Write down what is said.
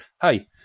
hey